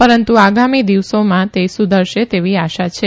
પરંતુ આગામી દિવસોમાં તો સુધરશે તેવી આશા છે